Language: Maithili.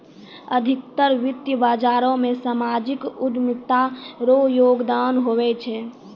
अधिकतर वित्त बाजारो मे सामाजिक उद्यमिता रो योगदान हुवै छै